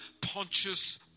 Pontius